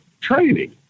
Training